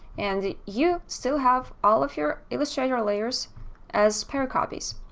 and you still have all of your illustrator layers as spare copies.